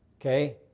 okay